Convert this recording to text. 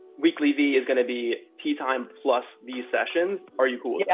weeklyvee is gonna be teatime, plus these sessions, are you cool yeah